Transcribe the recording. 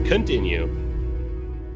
continue